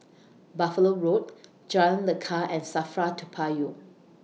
Buffalo Road Jalan Lekar and SAFRA Toa Payoh